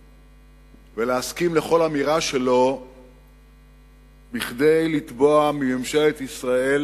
ולהסכים לכל אמירה שלו כדי לתבוע מממשלת ישראל